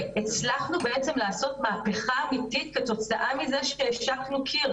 הצלחנו בעצם לעשות מהפכה אמיתית כתוצאה מזה שהשקנו קיר,